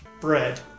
bread